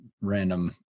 random